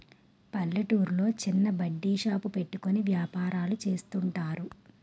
పల్లెటూర్లో చిన్న బడ్డీ షాప్ పెట్టుకుని వ్యాపారాలు చేస్తుంటారు